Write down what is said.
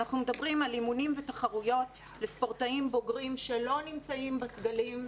אנחנו מדברים על אימונים ותחרויות לספורטאים בוגרים שלא נמצאים בסגלים.